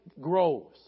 grows